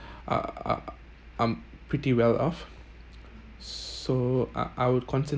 are are um pretty well-off so I I would concentrate